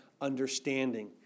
understanding